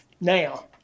now